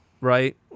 right